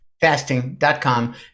fasting.com